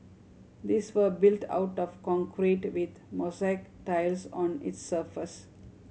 these were built out of concrete with mosaic tiles on its surface